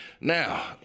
Now